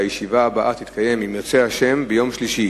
הישיבה הבאה תתקיים, אם ירצה השם, ביום שלישי,